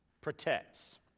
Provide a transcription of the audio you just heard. protects